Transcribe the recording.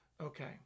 Okay